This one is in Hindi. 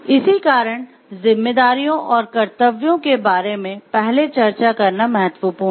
इसी कारण जिम्मेदारियों और कर्तव्यों के बारे में पहले चर्चा करना महत्वपूर्ण है